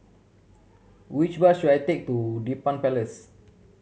which bus should I take to Dedap Place